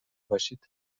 باشید